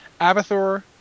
Abathur